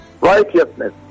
righteousness